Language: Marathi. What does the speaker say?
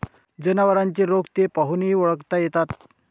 जनावरांचे रोग ते पाहूनही ओळखता येतात